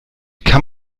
kann